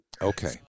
Okay